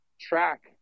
track